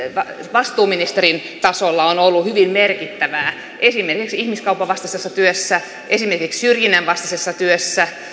vastuuministerien tasolla on ollut hyvin merkittävää esimerkiksi ihmiskaupan vastaisessa työssä syrjinnän vastaisessa työssä